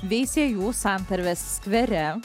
veisiejų santarvės skvere